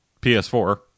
PS4